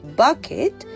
bucket